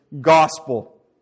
gospel